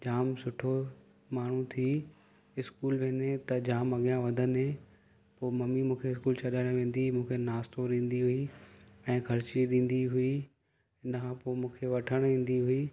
जाम सुठो माण्हू थी स्कूल वेंदे त जाम अॻियां वधंदे पोइ मम्मी मूंखे स्कूल छॾणु वेंदी मूंखे नाश्तो ॾींदी हुई ऐं खर्ची ॾींदी हुई इन खां पोइ मूंखे वठणु ईंदी हुई